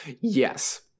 Yes